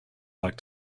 like